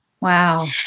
Wow